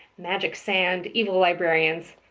magic sand, evil librarians.